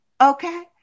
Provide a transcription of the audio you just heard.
okay